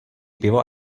pivo